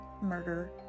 murder